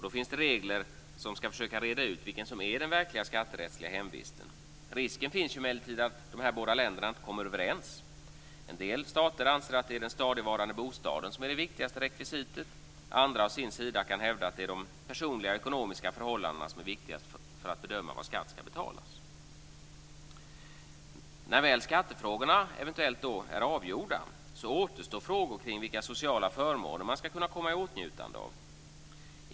Då finns det regler som ska försöka reda ut vilka är den verkliga skatterättsliga hemvisten. Risken finns emellertid att de här båda länderna inte kommer överens. En del stater anser att det är den stadigvarande bostaden som är det viktigaste rekvisitet. Andra å sin sida kan hävda att det är de personliga ekonomiska förhållandena som är det viktigaste för att bedöma var skatt ska betalas. När väl skattefrågorna eventuellt är avgjorda återstår frågor kring vilka sociala förmåner man ska kunna komma i åtnjutande av.